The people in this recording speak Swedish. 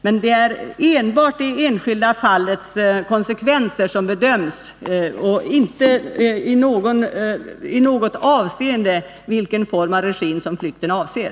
Men det är enbart I konsekvenserna i det enskilda fallet som bedöms och inte i något avseende vilken regim som flykten avser.